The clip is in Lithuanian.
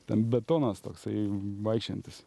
tam betonas toksai vaikščiojantis